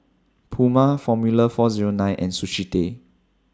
Puma Formula four Zero nine and Sushi Tei